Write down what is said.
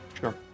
Sure